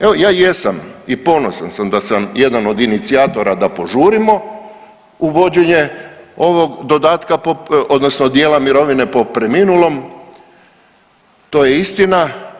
Evo ja jesam i ponosan sam da sam jedan od inicijatora da požurimo uvođenje ovog dodatka odnosno dijela mirovine po preminulom, to je istina.